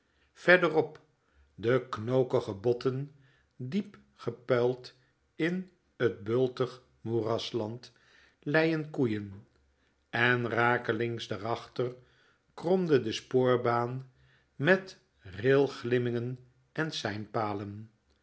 verderop de knooklige botten diep gepuild in t bultig moerasland leien koeien en raaklings daarachter kromde de spoorbaan met railglimmingen en